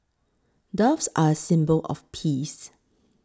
doves are a symbol of peace